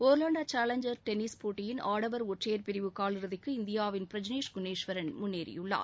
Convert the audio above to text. ஒர்வாண்டோ challenger tennis போட்டியின் ஆடவர் ஒற்றையர் பிரிவு காலிறுதிக்கு இந்தியாவின் பிரஜ்னேஷ் குணேஷ்வரன் முன்னேறியுள்ளார்